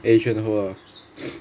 adrian ho ah